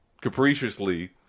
capriciously